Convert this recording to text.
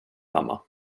mamma